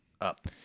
up